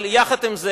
אבל עם זה,